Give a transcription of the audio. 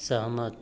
सहमत